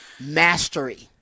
mastery